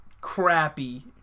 crappy